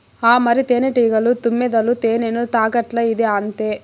ఆ మరి, తేనెటీగలు, తుమ్మెదలు తేనెను తాగట్లా, ఇదీ అంతే